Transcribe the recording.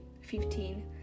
fifteen